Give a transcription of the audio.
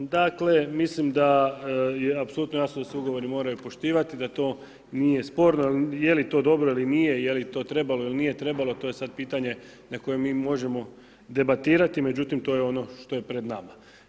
Dakle, mislim da je apsolutno jasno da se ugovori moraju poštivati i da to nije sporno, je li to dobro ili nije, je li to trebalo ili nije trebalo to je sad pitanje na koje mi možemo debatirati, međutim, to je ono što je pred nama.